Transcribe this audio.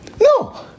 No